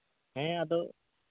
ᱦᱮᱸ ᱟᱫᱚ